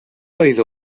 oedd